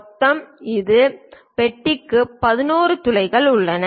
மொத்தம் இந்த பெட்டிக்கு 11 துளைகள் உள்ளன